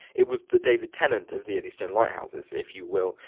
it was the david tennant of the eddystone lighthouses if you will,